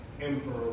emperor